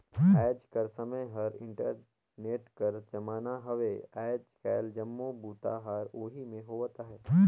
आएज कर समें हर इंटरनेट कर जमाना हवे आएज काएल जम्मो बूता हर ओही में होवत अहे